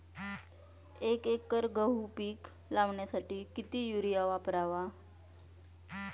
एक एकर गहू पीक लावण्यासाठी किती युरिया वापरावा?